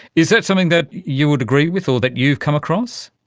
is that something that you would agree with or that you have come across?